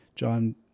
John